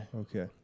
Okay